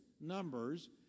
Numbers